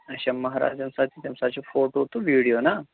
اَچھا مہراز ییٚمہِ ساتہٕ یِیہِ تَمہِ ساتہٕ چھِ فوٹوٗ تہٕ ویٖڈیو نا